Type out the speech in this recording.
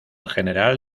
general